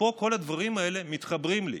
ופה כל הדברים האלה מתחברים לי,